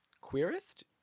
queerest